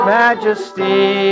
majesty